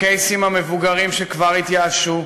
לקייסים המבוגרים, שכבר התייאשו,